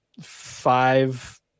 five